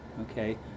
Okay